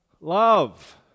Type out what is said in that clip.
Love